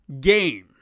game